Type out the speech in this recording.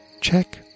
check